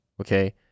okay